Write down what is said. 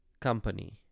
company